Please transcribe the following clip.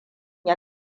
ya